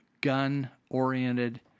gun-oriented